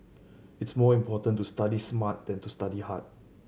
it's more important to study smart than to study hard